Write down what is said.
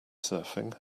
surfing